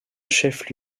chef